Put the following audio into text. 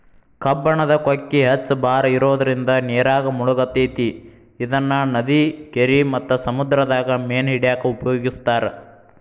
ಕಬ್ಬಣದ ಕೊಕ್ಕಿ ಹೆಚ್ಚ್ ಭಾರ ಇರೋದ್ರಿಂದ ನೇರಾಗ ಮುಳಗತೆತಿ ಇದನ್ನ ನದಿ, ಕೆರಿ ಮತ್ತ ಸಮುದ್ರದಾಗ ಮೇನ ಹಿಡ್ಯಾಕ ಉಪಯೋಗಿಸ್ತಾರ